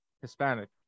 Hispanic